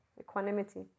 equanimity